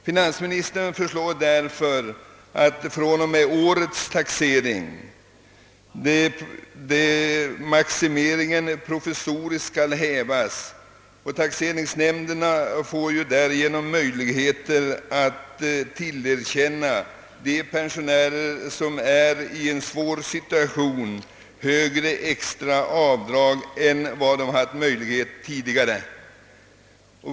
Finansministern föreslår nu att denna maximering skall hävas provisoriskt fr.o.m. nästa års taxering. Taxeringsnämnderna får därför möjligheter att tillerkänna de pensionärer som befinner sig i en svår situation högre extra avdrag än tidigare.